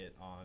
on